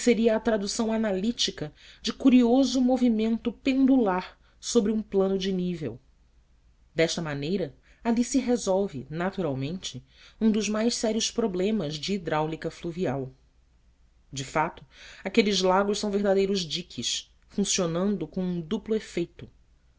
seria a tradução analítica de curioso movimento pendular sobre um plano de nível desta maneira ali se resolve naturalmente um dos mais sérios problemas de hidráulica fluvial de fato aqueles lagos são verdadeiros diques funcionando com um duplo efeito